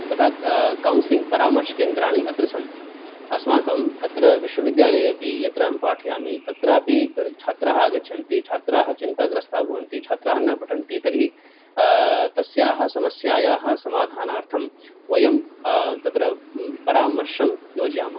तथा कौन्सेलिङ्ग् परामर्शकेन्द्राणि अत्र सन्ति अस्माकम् अत्र विश्वविद्यालयेऽपि यत्र अहं पाठयामि तत्रापि छात्राः आगच्छन्ति छात्राः चिन्ताग्रस्ताः भवन्ति छात्राः न पठन्ति तर्हि तस्याः समस्यायाः समाधानार्थं वयं तत्र परामर्शं योजयामः